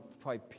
try